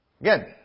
Again